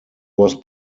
was